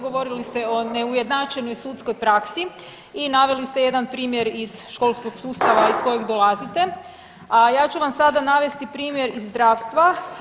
Govorili ste o neujednačenoj sudskoj praksi i naveli ste jedan primjer iz školskog sustava iz kojeg dolazite, a ja ću vam sada navesti primjer iz zdravstva.